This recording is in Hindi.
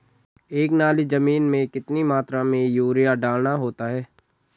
एक नाली जमीन में कितनी मात्रा में यूरिया डालना होता है?